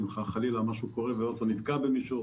או אם רכב נתקע בקיר,